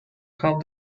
how